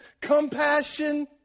compassion